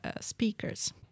speakers